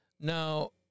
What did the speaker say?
Now